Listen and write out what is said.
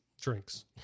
drinks